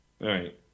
right